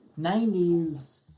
90s